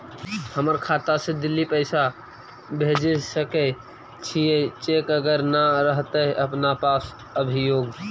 हमर खाता से दिल्ली पैसा भेज सकै छियै चेक अगर नय रहतै अपना पास अभियोग?